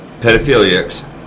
pedophiliacs